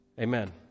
Amen